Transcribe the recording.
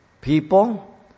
people